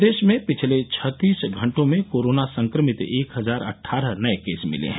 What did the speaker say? प्रदेश में पिछले छत्तीस घंटों में कोरोना संक्रमित एक हजार अट्ठारह नये केस मिले हैं